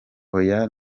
hoya